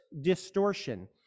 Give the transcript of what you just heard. distortion